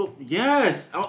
Yes